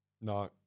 No